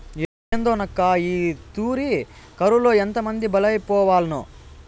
ఏందోనక్కా, ఈ తూరి కరువులో ఎంతమంది బలైపోవాల్నో